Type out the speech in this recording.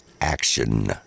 action